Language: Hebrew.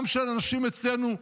גם של אנשים אצלנו,